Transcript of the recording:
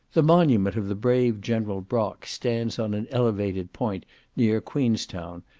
the monument of the brave general brock stands on an elevated point near queenstown,